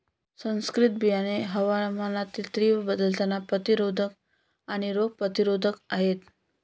संकरित बियाणे हवामानातील तीव्र बदलांना प्रतिरोधक आणि रोग प्रतिरोधक आहेत